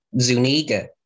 Zuniga